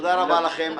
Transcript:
תודה רבה לכם.